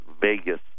Vegas